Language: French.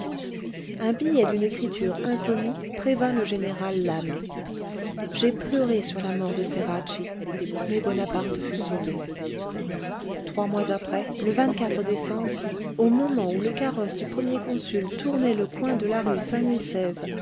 un billet d'une écriture inconnue prévint le général lannes j'ai pleuré sur la mort de ceracchi mais bonaparte fut sauvé trois mois après le décembre au moment où le carrosse du premier consul tournait le coin de la rue